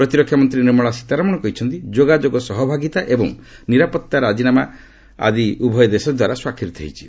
ପ୍ରତିରକ୍ଷା ମନ୍ତ୍ରୀ ନିର୍ମଳା ସୀତାରମଣ କହିଛନ୍ତି ଯୋଗାଯୋଗ ସହଭାଗିତା ଏବଂ ନିରାପତ୍ତା ରାଜିନାମା ଆକି ଉଭୟ ଦେଶ ଦ୍ୱାରା ସ୍ୱାକ୍ଷରିତ ହୋଇଛି